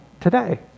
today